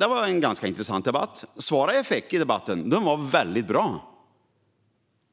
Det var en ganska intressant debatt. Svaren jag fick i debatten var väldigt bra.